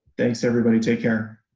thanks everybody take care.